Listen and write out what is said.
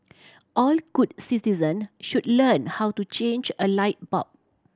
all good citizen should learn how to change a light bulb